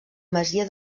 masia